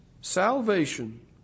salvation